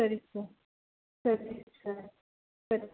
ಸರಿ ಸರ್ ಸರಿ ಸರ್ ಸರಿ